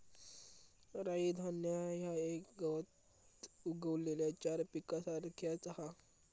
राई धान्य ह्या एक गवत उगवलेल्या चारा पिकासारख्याच हा